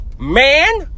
man